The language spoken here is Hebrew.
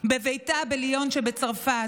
בביתה בליון בצרפת,